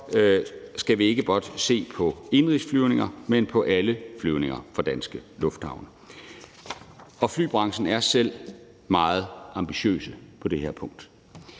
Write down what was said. skal vi ikke blot se på indenrigsflyvninger, men på alle flyvninger fra danske lufthavne, og flybranchen er selv meget ambitiøs på det her punkt.